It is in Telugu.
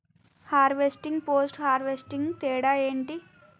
హార్వెస్టింగ్, పోస్ట్ హార్వెస్టింగ్ తేడా ఏంటి?